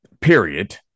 period